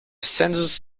census